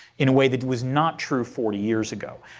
in a way that was not true forty years ago.